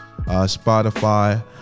Spotify